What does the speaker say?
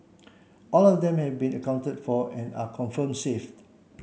all of them have been accounted for and are confirmed safe